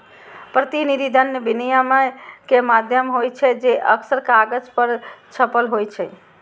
प्रतिनिधि धन विनिमय के माध्यम होइ छै, जे अक्सर कागज पर छपल होइ छै